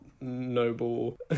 noble